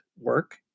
work